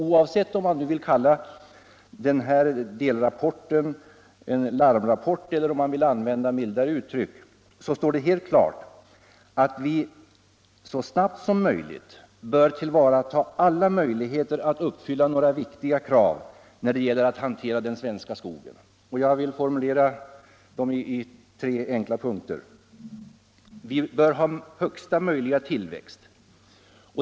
Oavsett om man vill kalla delbetänkandet en larmrapport eller om man vill använda mildare uttryck, så står det helt klart att vi så snabbt som möjligt bör tillvarata alla möjligheter att uppfylla några viktiga krav när det gäller att hantera den svenska skogen. Jag vill formulera dem i tre punkter: 1. Vi bör ha högsta möjliga tillväxt.